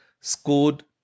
scored